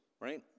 Right